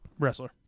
wrestler